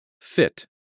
Fit